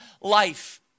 life